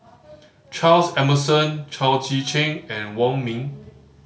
Charles Emmerson Chao Tzee Cheng and Wong Ming